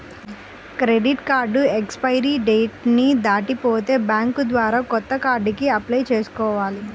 credit card expiry date ని దాటిపోతే bank ద్వారా కొత్త కార్డుకి అప్లై చేసుకోవాలి